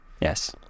yes